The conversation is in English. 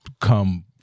come